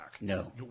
No